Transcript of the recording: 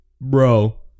Bro